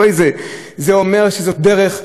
זה אומר שזאת דרך, זאת שיטה.